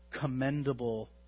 commendable